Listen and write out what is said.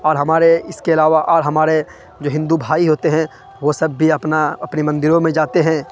اور ہمارے اس کے علاوہ اور ہمارے جو ہندو بھائی ہوتے ہیں وہ سب بھی اپنا اپنی مندروں میں جاتے ہیں